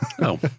No